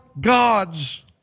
God's